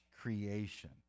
creation